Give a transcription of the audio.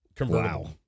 Wow